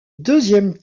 deuxième